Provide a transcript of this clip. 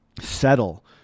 settle